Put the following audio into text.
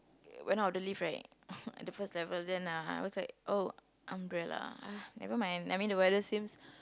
went out of the lift right the first level then I was like oh umbrella ah never mind I mean the weather seems